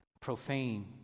Profane